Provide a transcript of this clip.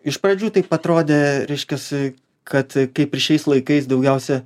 iš pradžių taip atrodė reiškias kad kaip ir šiais laikais daugiausia